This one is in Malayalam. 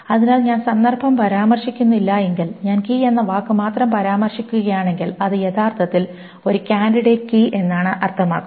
അതിനാൽ ഞാൻ സന്ദർഭം പരാമർശിക്കുന്നില്ലെങ്കിൽ ഞാൻ കീ എന്ന വാക്ക് മാത്രം പരാമർശിക്കുകയാണെങ്കിൽ അത് യഥാർത്ഥത്തിൽ ഒരു കാൻഡിഡേറ്റ് കീ എന്നാണ് അർത്ഥമാക്കുന്നത്